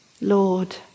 Lord